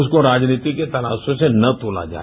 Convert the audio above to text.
उसको राजनीति के तराजू से न तोला जाए